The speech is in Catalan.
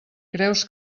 creus